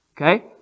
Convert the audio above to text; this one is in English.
Okay